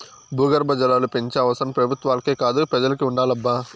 భూగర్భ జలాలు పెంచే అవసరం పెబుత్వాలకే కాదు పెజలకి ఉండాలబ్బా